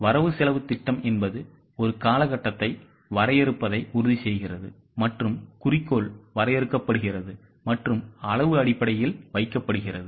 வரவுசெலவுத் திட்டம் என்பது ஒரு காலகட்டத்தை வரையறுப்பதை உறுதிசெய்கிறது மற்றும் குறிக்கோள் வரையறுக்கப்படுகிறது மற்றும் அளவு அடிப்படையில் வைக்கப்படுகிறது